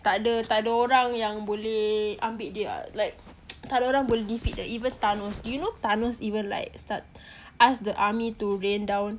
tak ada orang yang boleh ambil dia ah like tak ada orang boleh defeat dia ah even thanos you know even thanos like start ask the army to rain down